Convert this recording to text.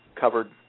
covered